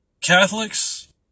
Catholics